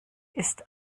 ist